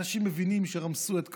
אנשים מבינים שרמסו את כבודם,